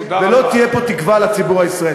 ולא תהיה פה תקווה לציבור הישראלי.